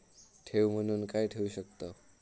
ठेव म्हणून काय ठेवू शकताव?